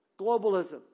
globalism